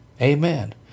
Amen